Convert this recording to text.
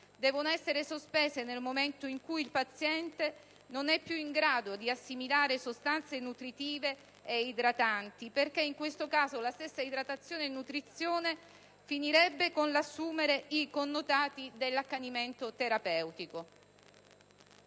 devono essere sospese nel momento in cui il paziente non è più in grado di assimilare sostanze nutritive ed idratanti perché in questo caso l'idratazione e la nutrizione finirebbero con l'assumere i connotati dell'accanimento terapeutico.